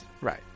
Right